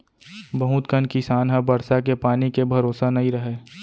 बहुत कन किसान ह बरसा के पानी के भरोसा नइ रहय